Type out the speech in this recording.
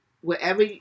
wherever